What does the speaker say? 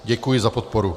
Děkuji za podporu.